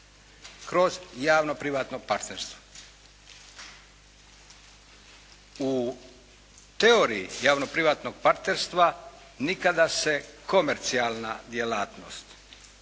kroz javno privatno partnerstvo. U teoriji javno privatnog partnerstva nikada se komercijalna djelatnost